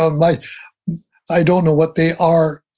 um like i don't know what they are,